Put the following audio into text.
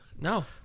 No